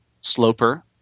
sloper